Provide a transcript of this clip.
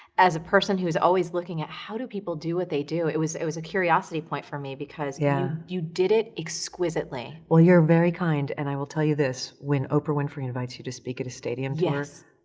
as a person who is always looking at how do people do what they do, it was, it was a curiosity point for me because yeah you did it exquisitely. well, you're very kind and i will tell you this, when oprah winfrey invites you to speak at a stadium tour,